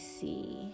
see